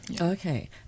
okay